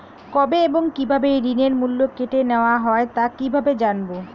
কবে এবং কিভাবে ঋণের মূল্য কেটে নেওয়া হয় তা কিভাবে জানবো?